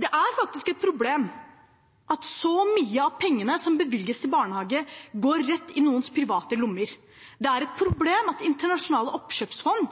Det er faktisk et problem at så mye av pengene som bevilges til barnehager, går rett i noens private lommer. Det er et problem at internasjonale oppkjøpsfond